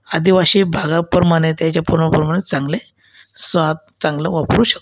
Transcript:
आदिवासी भागाप्रमाणे ते जे प्रमाप्रमा चांगले स्वाद् चांगलं वापरू शकतो